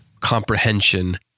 comprehension